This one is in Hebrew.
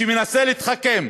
שמנסה להתחכם.